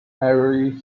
every